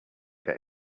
get